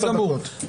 אתה בסדר גמור.